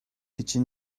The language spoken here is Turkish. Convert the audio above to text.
için